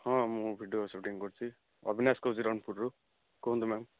ହଁ ମୁଁ video shooting କରୁଛି ଅଭିନାଶ କହୁଛି ରଣପୁର ରୁ କୁହନ୍ତୁ ମ୍ୟାମ